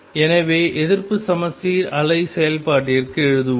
எனவே எதிர்ப்பு சமச்சீர் அலை செயல்பாட்டிற்கு எழுதுவோம்